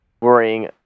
worrying